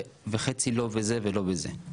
חצי לא זה וחצי לא זה.